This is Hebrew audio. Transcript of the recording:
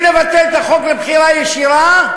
אם נבטל את החוק לבחירה ישירה,